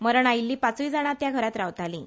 मरण आयिल्ली पाचूंय जाणां त्या घरात रावतालीं